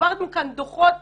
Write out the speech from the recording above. עברנו כאן דוחות